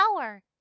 power